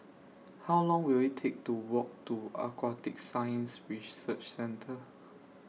How Long Will IT Take to Walk to Aquatic Science Research Centre